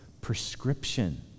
prescription